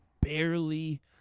barely